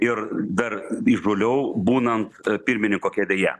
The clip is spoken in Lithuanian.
ir dar įžūliau būnant pirmininko kėdėje